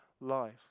life